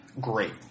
Great